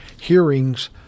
hearings